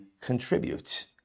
contribute